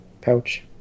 pouch